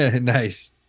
Nice